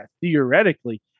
theoretically